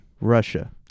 Russia